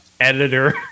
editor